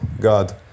God